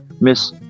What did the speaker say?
Miss